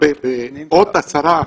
בעוד 10%,